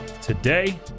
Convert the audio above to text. today